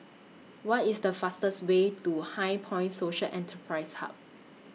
What IS The fastest Way to HighPoint Social Enterprise Hub